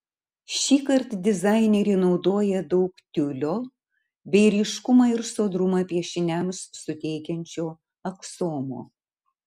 šįkart dizainerė naudoja daug tiulio bei ryškumą ir sodrumą piešiniams suteikiančio aksomo